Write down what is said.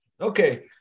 okay